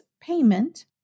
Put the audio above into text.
payment